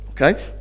Okay